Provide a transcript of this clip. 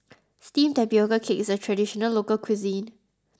Steamed Tapioca Cake is a traditional local cuisine